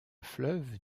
fleuve